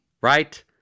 Right